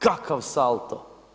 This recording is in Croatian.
Kakav salto!